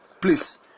please